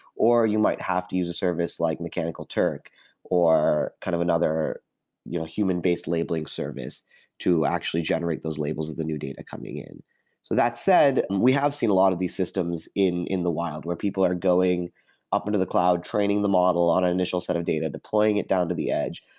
or you might have to use a service like mechanical turk or kind of another you know human-based labeling service to actually generate those labels of the new data coming in. so that said, and we have seen a lot of these systems in in the wild, where people are going up into the cloud, training the model on an initial set of data, deploying it down to the edge,